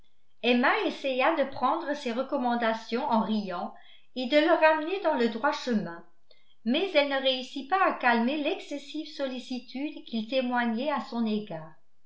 emma essaya de prendre ces recommandations en riant et de le ramener dans le droit chemin mais elle ne réussit pas à calmer l'excessive sollicitude qu'il témoignait à son égard